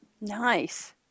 nice